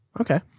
Okay